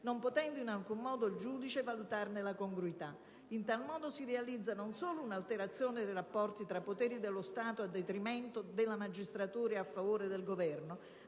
non potendo in alcun modo il giudice valutarne la congruità. In tal modo si realizza non solo un'alterazione del rapporto tra poteri dello Stato a detrimento della magistratura e a favore del Governo,